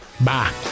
Bye